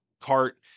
cart